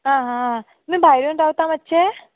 आं आं आं तुमी भायर येवन रावता मातशे